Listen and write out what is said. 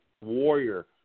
warrior